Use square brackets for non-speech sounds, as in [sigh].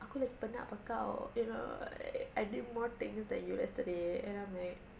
aku lagi penat daripada kau you know [noise] I did more things than you yesterday and I'm like